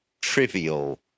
trivial